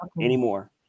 anymore